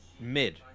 mid